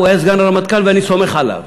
הוא היה סגן הרמטכ"ל, ואני סומך עליו.